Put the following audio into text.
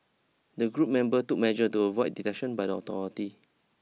the group members took measures to avoid detection by the authorities